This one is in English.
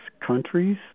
countries